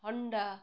Honda